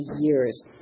years